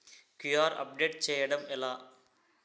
QR update చేయడం ఎలా?